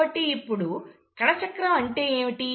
కాబట్టి ఇప్పుడు కణచక్రం అంటే ఏమిటి